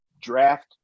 draft